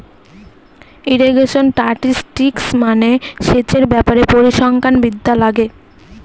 irrigation statistics মানে সেচের ব্যাপারে পরিসংখ্যান বিদ্যা লাগে